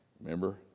remember